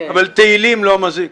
אבל תהילים לא מזיק.